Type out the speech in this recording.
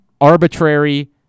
arbitrary